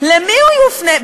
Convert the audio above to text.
למי הוא יופנה?